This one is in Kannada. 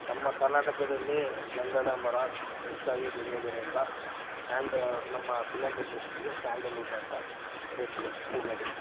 ನಮ್ಮ ಕರ್ನಾಟಕದಲ್ಲಿ ಗಂಧದ ಮರ ಹೆಚ್ಚಾಗಿ ಬೆಳೆಯೋದರಿಂದ ಸ್ಯಾಂಡ್ ನಮ್ಮ ಫಿಲಮ್ ಇಂಡಸ್ಟ್ರಿಗೆ ಸ್ಯಾಂಡಲ್ವುಡ್ ಅಂತ ಹೆಸ್ರು ಕೂಗೋದು